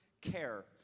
care